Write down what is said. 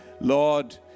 Lord